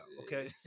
Okay